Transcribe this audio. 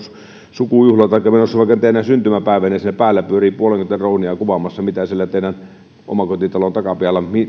sukujuhlia taikka menossa teidän syntymäpäivillenne ei ole ollenkaan mukavaa jos siinä päällä pyörii puolenkymmentä dronea kuvaamassa miten siellä teidän omakotitalonne takapihalla